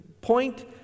point